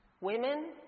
Women